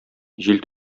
җил